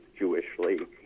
Jewishly